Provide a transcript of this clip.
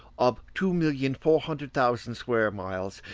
of two million four hundred thousand square miles,